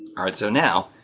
all right! so now,